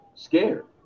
scared